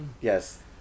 Yes